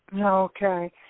Okay